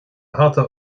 hata